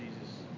Jesus